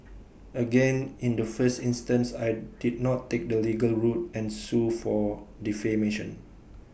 again in the first instance I did not take the legal route and sue for defamation